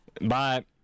Bye